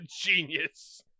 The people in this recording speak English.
genius